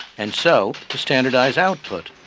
and so, to standardize output.